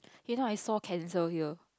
just now I saw cancel here